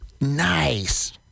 nice